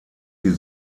die